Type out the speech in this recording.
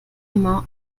immer